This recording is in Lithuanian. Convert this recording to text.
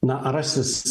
na rasis